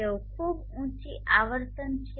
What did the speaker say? તેઓ ખૂબ ઊંચી આવર્તન છે